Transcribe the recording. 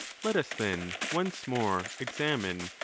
let us, then, once more examine,